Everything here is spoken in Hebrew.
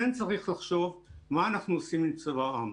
כן צריך לחשוב מה אנחנו עושים עם צבא העם,